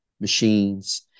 machines